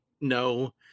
No